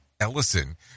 Ellison